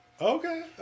Okay